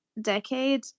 decade